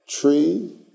tree